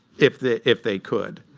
if they if they could.